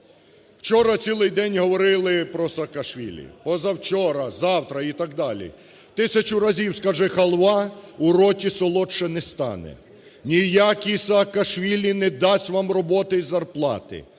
Вчора цілий день говорили про Саакашвілі, позавчора, завтра і так далі. Тисячу разів скажи "халва", у роті солодше не стане, ніякий Саакашвілі не дасть вам роботи і зарплати,